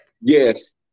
Yes